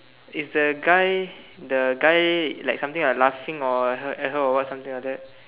it's the guy the guy like something like laughing or her at her or something like that